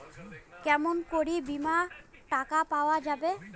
কেমন করি বীমার টাকা পাওয়া যাবে?